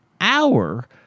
hour